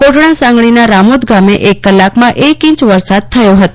કોટડાસાંગાણીના રામોદ ગામે એક કલાકમાં એક ઇંચ વરસાદ નોંધાયો